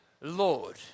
Lord